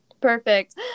Perfect